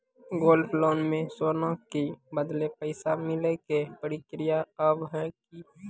Gold loan मे सोना के बदले पैसा मिले के प्रक्रिया हाव है की?